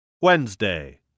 Wednesday